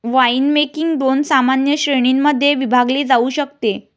winemaking दोन सामान्य श्रेणीं मध्ये विभागले जाऊ शकते